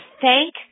thank